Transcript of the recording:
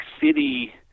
City